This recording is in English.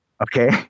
Okay